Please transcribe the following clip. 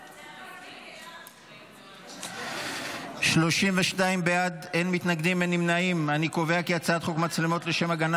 להעביר את הצעת חוק התקנת מצלמות לשם הגנה